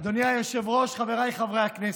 אדוני היושב-ראש, חבריי חברי הכנסת,